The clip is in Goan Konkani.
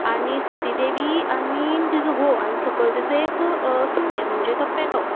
सतीदेवी आनी तिजो घोव आनी सकयल तिजो एक सुणे म्हणजे तो पेटो